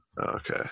Okay